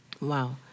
Wow